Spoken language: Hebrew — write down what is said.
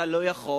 אתה לא יכול,